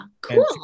Cool